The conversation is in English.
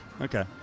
Okay